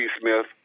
Smith